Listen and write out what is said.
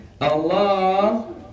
Allah